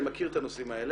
אני מכיר את הנושאים האלה,